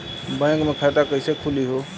Bank मे खाता कईसे खुली हो?